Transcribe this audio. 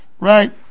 right